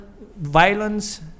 violence